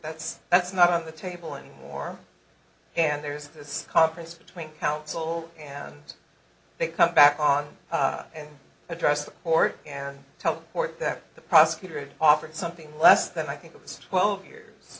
that's that's not on the table anymore and there's this conference between counsel and they come back on and address the court and teleport that the prosecutor offered something less than i think it was twelve years